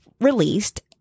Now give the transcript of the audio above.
released